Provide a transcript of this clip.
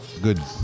Good